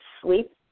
sleep